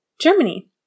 Germany